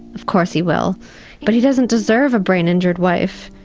of course he will but he doesn't deserve a brain-injured wife.